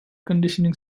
conditioning